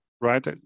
right